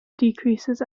decreases